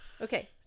Okay